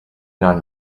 nine